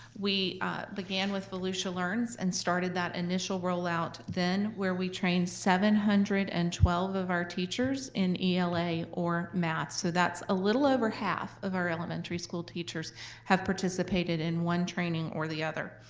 we began with volusia learns, and started that initial rollout then, where we trained seven hundred and twelve of our teachers in ela or math. so that's a little over half of our elementary school teachers have participated in one training or the other.